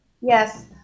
Yes